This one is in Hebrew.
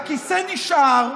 הכיסא נשאר,